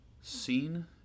seen